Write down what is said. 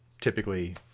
typically